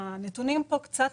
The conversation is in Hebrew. הנתונים כאן קצת